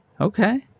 Okay